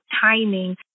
timing